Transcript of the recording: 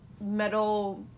metal